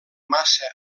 massa